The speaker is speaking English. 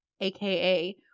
aka